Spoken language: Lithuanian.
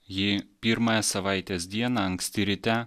ji pirmąją savaitės dieną anksti ryte